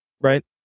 right